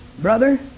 Brother